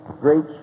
great